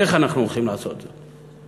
איך אנחנו הולכים לעשות את זה?